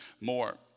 more